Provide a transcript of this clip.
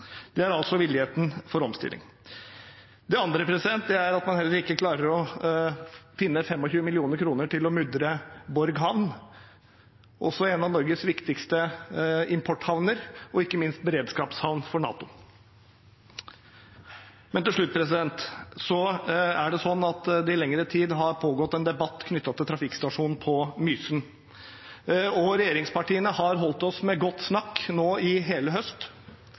Det er altså villigheten til omstilling. Det andre er at man heller ikke klarer å finne 25 mill. kr til å mudre Borg havn, også en av Norges viktigste importhavner og ikke minst beredskapshavn for NATO. Til slutt er det sånn at det i lengre tid har pågått en debatt knyttet til trafikkstasjonen på Mysen. Regjeringspartiene har holdt oss med godt snakk nå i hele høst.